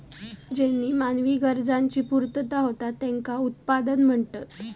ज्येनीं मानवी गरजांची पूर्तता होता त्येंका उत्पादन म्हणतत